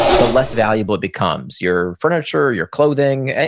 the less valuable it becomes your furniture, your clothing,